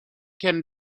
can